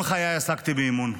כל חיי עסקתי באימון,